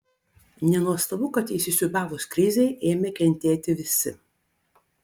nenuostabu kad įsisiūbavus krizei ėmė kentėti visi